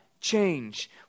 change